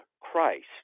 Christ